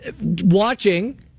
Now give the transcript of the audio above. watching